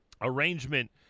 arrangement